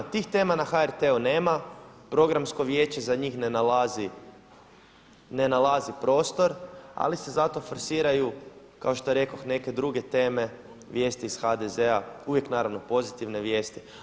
Tih tema na HRT-u nema, programsko vijeće za njih ne nalazi prostor, ali se zato forsiraju kao što rekoh neke druge teme, vijesti iz HDZ-a, uvijek naravno pozitivne vijesti.